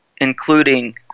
including